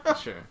sure